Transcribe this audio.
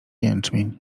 jęczmień